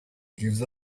gives